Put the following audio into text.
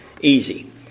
easy